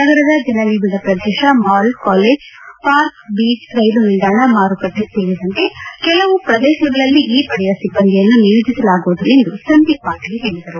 ನಗರದ ಜನನಿಬಿಡ ಪ್ರದೇಶ ಮಾಲ್ ಕಾಲೇಜ್ ಪಾರ್ಕ್ ಬೀಚ್ ರೈಲು ನಿಲ್ದಾಣ ಮಾರುಕಟ್ಟೆ ಸೇರಿದಂತೆ ಕೆಲವು ಪ್ರದೇಶಗಳಲ್ಲಿ ಈ ಪಡೆಯ ಸಿಬ್ಬಂದಿಯನ್ನು ನಿಯೋಜಿಸಲಾಗುವುದು ಎಂದು ಸಂದೀಪ್ ಪಾಟೀಲ್ ಹೇಳದರು